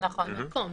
למקום,